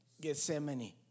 Gethsemane